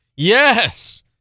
Yes